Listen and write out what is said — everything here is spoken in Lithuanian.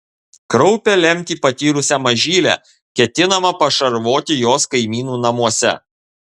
kraupią lemtį patyrusią mažylę ketinama pašarvoti jos kaimynų namuose